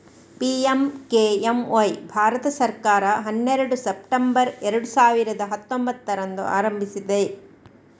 PMKMY Bharat ಸರ್ಕಾರ ಹನ್ನೆರಡು September ಎರಡು ಸಾವಿರದ ಹತ್ತೊಂಭತ್ತರಂದು ಆರಂಭಿಸಿದೆ